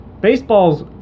baseballs